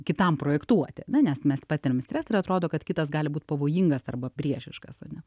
kitam projektuoti na nes mes patiriam stresą ir atrodo kad kitas gali būt pavojingas arba priešiškas ane